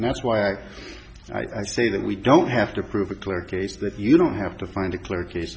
and that's why i say that we don't have to prove a clear case that you don't have to find a clear case